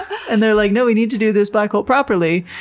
and they're like no, we need to do this black hole properly.